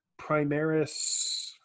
Primaris